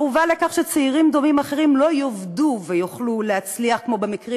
הערובה לכך שצעירים דומים אחרים לא יאבדו ויוכלו להצליח כמו במקרים